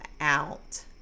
out